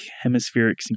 hemispheric